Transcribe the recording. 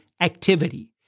activity